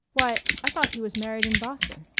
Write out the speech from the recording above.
why i thought he was married in boston.